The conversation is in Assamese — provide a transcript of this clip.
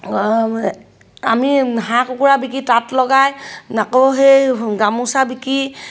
আমি হাঁহ কুকুৰা বিকি তাঁত লগাই আকৌ সেই গামোচা বিকি